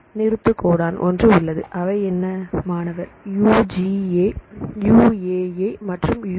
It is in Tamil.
நிறுத்து கோடான் ஒன்று உள்ளது அவை என்ன மாணவர்UGA UAA மற்றும் UAG